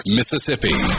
Mississippi